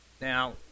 Now